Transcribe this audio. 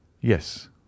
Yes